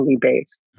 based